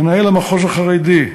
מנהל המחוז החרדי,